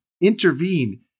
intervene